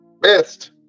best